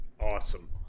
Awesome